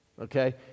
Okay